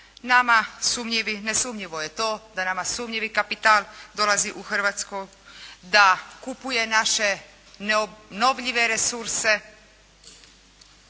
nama sumnjivi, nesumnjivo je to da nama sumnjivi kapital dolazi u Hrvatsku, da kupuje naše neobnovljive resurse